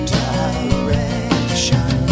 direction